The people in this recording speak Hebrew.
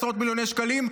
עשרות מיליוני שקלים,